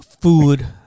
food